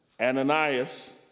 Ananias